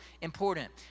important